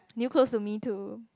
new clothes to me too